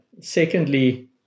Secondly